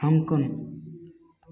Hong Kong